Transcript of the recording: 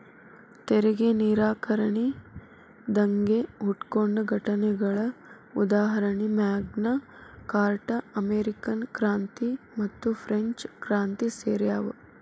ತೆರಿಗೆ ನಿರಾಕರಣೆ ದಂಗೆ ಹುಟ್ಕೊಂಡ ಘಟನೆಗಳ ಉದಾಹರಣಿ ಮ್ಯಾಗ್ನಾ ಕಾರ್ಟಾ ಅಮೇರಿಕನ್ ಕ್ರಾಂತಿ ಮತ್ತುಫ್ರೆಂಚ್ ಕ್ರಾಂತಿ ಸೇರ್ಯಾವ